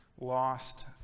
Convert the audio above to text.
Lost